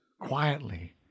quietly